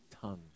tongue